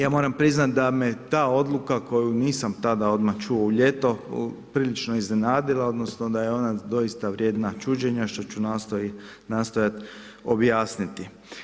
Ja moram priznati da me ta odluka koju nisam tada odmah čuo u ljeto, prilično iznenadila odnosno da je ona doista vrijedna čuđenja što ću nastojati objasniti.